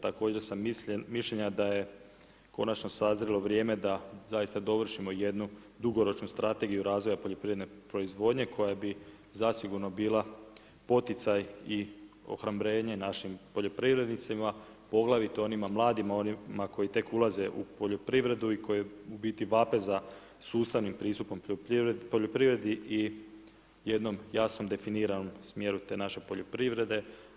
Također sam mišljenja da je konačno sazrilo vrijeme da zaista dovršimo jednu dugoročnu strategiju razvoju poljoprivredne proizvodnje koja bi zasigurno bila poticaj i ohrabljenje našim poljoprivrednicima, poglavito onima mladima, onima koji tek ulaze u poljoprivredu i koji u biti vape za sustavnim pristupom poljoprivredi i jednom jasnom definiranom smjeru te naše poljoprivrede.